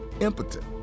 impotent